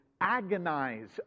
agonize